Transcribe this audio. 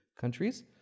countries